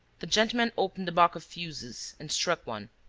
the gentleman opened a box of fusees and struck one.